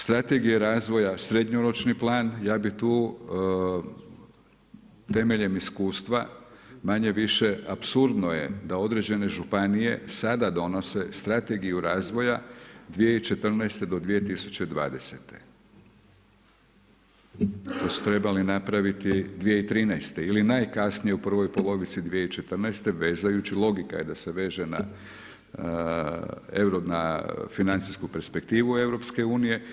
Strategija razvoja srednjoročni plan, ja bi tu temeljem iskustva, manje-više apsurdno je da određene županije sada donose Strategiju razvoja 2014.-2020. to su trebali napraviti 2013. ili najkasnije u prvoj polovici 2014. vezajući, logika je da se veže na financijsku perspektivu EU.